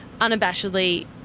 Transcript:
unabashedly